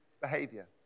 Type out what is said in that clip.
behavior